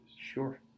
Sure